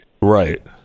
Right